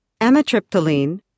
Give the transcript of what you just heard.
amitriptyline